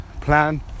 plan